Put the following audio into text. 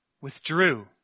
withdrew